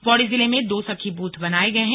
पौड़ी जिले में दो सखी बूथ बनाये गये हैं